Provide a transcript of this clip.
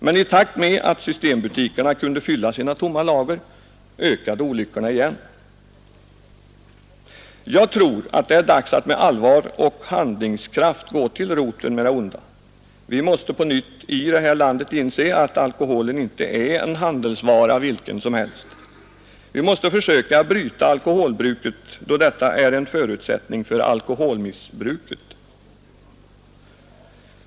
Men i takt med att systembutikerna kunde fylla sina tomma lager ökade olyckorna igen. Jag tror att det är dags att med allvar och handlingskraft gå till roten med det onda. Vi måste på nytt i det här landet inse, att alkoholen inte är en handelsvara vilken som helst. Vi måste försöka att bryta alkoholbruket då detta är en förutsättning för alkoholmissbruket.